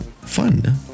fun